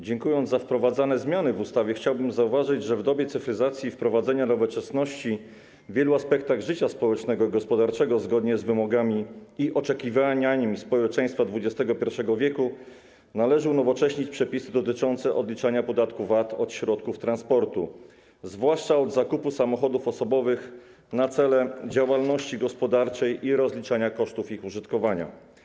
Dziękując za zmiany wprowadzane w ustawie, chciałbym zauważyć, że w dobie cyfryzacji i wprowadzania nowoczesności w wielu aspektach życia społecznego i gospodarczego zgodnie z wymogami i oczekiwaniami społeczeństwa XXI w. należy unowocześnić przepisy dotyczące odliczania podatku VAT od środków transportu, zwłaszcza od zakupu samochodów osobowych na cele działalności gospodarczej, i rozliczania kosztów ich użytkowania.